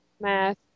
math